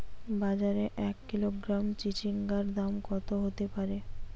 বাজারে এক কিলোগ্রাম চিচিঙ্গার দাম কত হতে পারে?